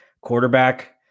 quarterback